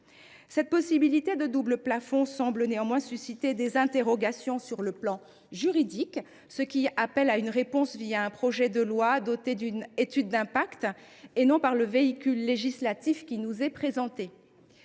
La possibilité d’un double plafond semble néanmoins susciter des interrogations sur le plan juridique, qui appellent une réponse un projet de loi doté d’une étude d’impact, et non par l’intermédiaire du véhicule législatif qui nous est présenté.